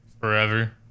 Forever